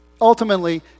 Ultimately